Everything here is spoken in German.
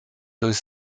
durch